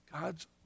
God's